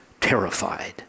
terrified